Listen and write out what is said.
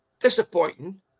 disappointing